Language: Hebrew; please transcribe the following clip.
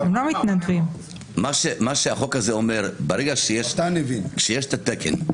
מה שהחוק הזה אומר, כשיש את התקן,